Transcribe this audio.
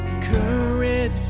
courage